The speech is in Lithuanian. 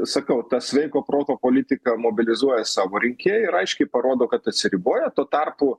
sakau ta sveiko proto politika mobilizuoja savo rinkėją ir aiškiai parodo kad atsiriboja tuo tarpu